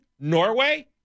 Norway